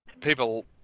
People